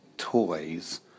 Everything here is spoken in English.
Toys